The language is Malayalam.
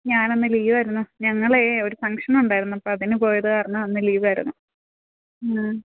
ഞാൻ അന്ന് ലീവ് ആയിരുന്നു ഞങ്ങൾ ഒരു ഫങ്ക്ഷൻ ഉണ്ടായിരുന്നു അപ്പം അതിന് പോയതു കാരണം അന്ന് ലീവ് ആയിരുന്നു മ്മ്